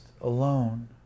alone